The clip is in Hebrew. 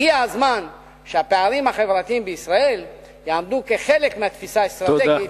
הגיע הזמן שהפערים החברתיים בישראל יעמדו כחלק מהתפיסה האסטרטגית,